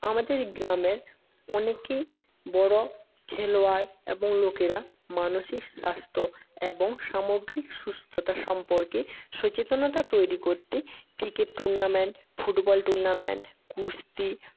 আমাদের গ্রামের অনেকেই বড়ো খেলোয়াড় এবং লোকেরা মানসিক স্বাস্থ্য এবং সামগ্রিক সুস্থতা সম্পর্কে সচেতনতা তৈরি করতে ক্রিকেট টুর্নামেন্ট ফুটবল টুর্নামেন্ট কুস্তি